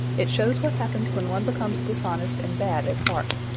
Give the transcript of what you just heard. it shows what happens when one becomes dishonest and bad at heart.